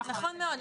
נכון מאוד,